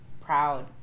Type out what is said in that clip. proud